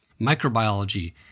microbiology